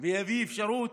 ויביא אפשרות